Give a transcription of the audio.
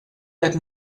let